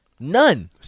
None